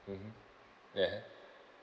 mmhmm yeah